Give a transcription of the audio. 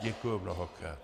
Děkuju mnohokrát.